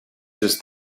just